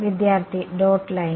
വിദ്യാർത്ഥി dotted line